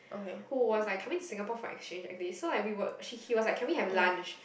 who was like coming to Singapore for exchange actually so like we were he was like can we have lunch